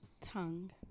Tongue